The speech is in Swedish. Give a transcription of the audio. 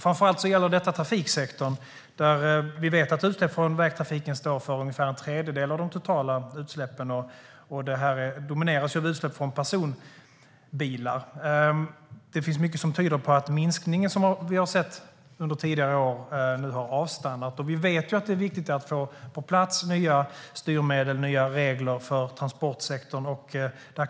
Framför allt gäller detta trafiksektorn, där vi vet att utsläpp från vägtrafiken står för ungefär en tredjedel av de totala utsläppen. Utsläppen från personbilar dominerar. Det finns mycket som tyder på att minskningen som vi har sett under tidigare år nu har avstannat. Vi vet att det är viktigt att få nya styrmedel och regler för transportsektorn på plats.